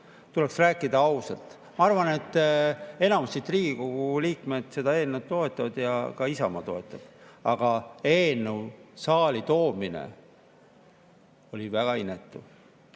Tuleks rääkida ausalt. Ma arvan, et enamus Riigikogu liikmeid seda eelnõu toetab, ja ka Isamaa toetab, aga eelnõu saali toomine oli väga inetu.